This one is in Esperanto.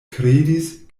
kredis